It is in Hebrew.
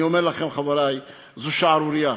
אני אומר לכם, חברי, זאת שערורייה.